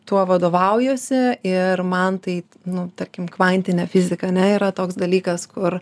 tuo vadovaujuosi ir man taip nu tarkim kvantinė fizika a ne yra toks dalykas kur